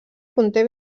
conté